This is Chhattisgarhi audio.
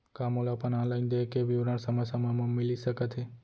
का मोला अपन ऑनलाइन देय के विवरण समय समय म मिलिस सकत हे?